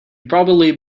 probably